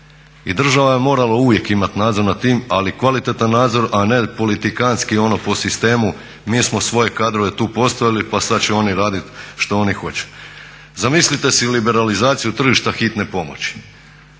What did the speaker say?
I država je morala uvijek imati nadzor nad tim, ali kvalitetan nadzor, a ne politikantski, ono po sistemu mi smo svoje kadrove tu postavili pa sad će oni raditi što oni hoće. Zamislite si liberalizaciju tržišta Hitne pomoći